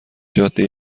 جاده